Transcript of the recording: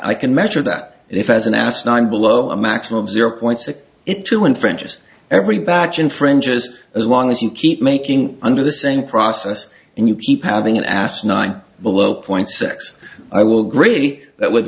i can measure that if as an asinine below a maximum zero point six it to enfranchise every batch infringers as long as you keep making under the same process and you keep having an asinine below point six i will agree that with